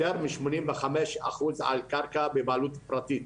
יותר שמונים וחמש אחוז על קרקע בבעלות פרטית.